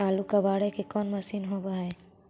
आलू कबाड़े के कोन मशिन होब है?